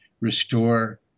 restore